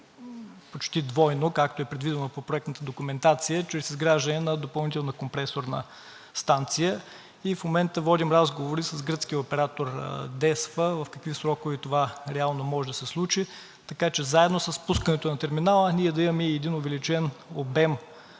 почти двойно, както е предвидено в проектната документация, чрез изграждане на допълнителна компресорна станция. В момента водим разговори с гръцкия оператор ДЕСПА в какви срокове това реално може да се случи, така че заедно с пускането на терминала ние да имаме и един увеличен обем